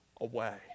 away